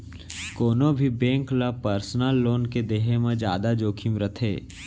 कोनो भी बेंक ल पर्सनल लोन के देहे म जादा जोखिम रथे